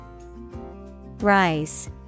Rise